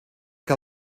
que